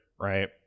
right